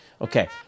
Okay